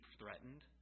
threatened